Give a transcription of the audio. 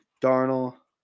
Darnell